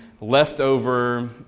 leftover